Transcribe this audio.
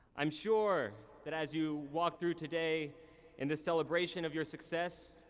i'm sure that, as you walk through today in the celebration of your success,